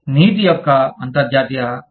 నీతి యొక్క అంతర్జాతీయ చట్రం